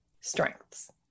strengths